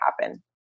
happen